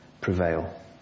prevail